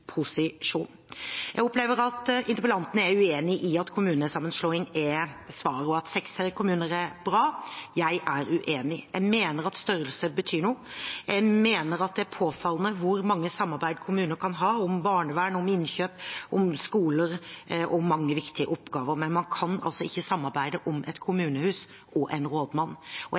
posisjon. Jeg opplever at interpellanten er uenig i at kommunesammenslåing er svaret, og at hun mener at seks kommuner er bra – jeg er uenig. Jeg mener at størrelse betyr noe. Jeg mener at det er påfallende hvor mange samarbeid kommuner kan ha, om barnevern, innkjøp, skole og mange andre viktige oppgaver, men man kan ikke samarbeide om et kommunehus og en rådmann.